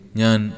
Nyan